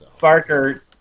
Barker